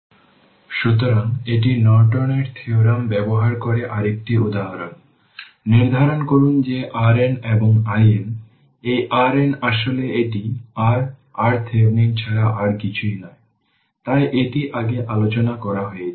circuit theorems continued সুতরাং এটি Norton এর থিওরাম ব্যবহার করে আরেকটি উদাহরণ নির্ধারণ করুন যে RN এবং IN এই RN আসলে এটি r RThevenin ছাড়া আর কিছুই নয় তাই এটি আগে আলোচনা করা হয়েছে